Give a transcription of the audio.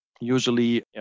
usually